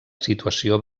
situació